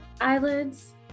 eyelids